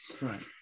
Right